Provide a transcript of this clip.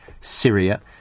Syria